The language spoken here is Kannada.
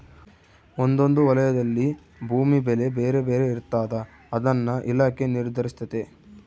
ಒಂದೊಂದು ವಲಯದಲ್ಲಿ ಭೂಮಿ ಬೆಲೆ ಬೇರೆ ಬೇರೆ ಇರ್ತಾದ ಅದನ್ನ ಇಲಾಖೆ ನಿರ್ಧರಿಸ್ತತೆ